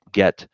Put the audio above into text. get